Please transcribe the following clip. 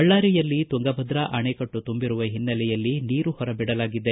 ಬಳ್ಳಾರಿಯಲ್ಲಿ ತುಂಗಭದ್ರಾ ಅಣೆಕಟ್ಟು ತುಂಬಿರುವ ಹಿನ್ನೆಲೆಯಲ್ಲಿ ನೀರು ಹೊರಬಿಡಲಾಗಿದೆ